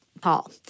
Paul